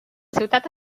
ciutat